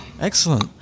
Excellent